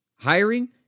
Hiring